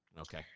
Okay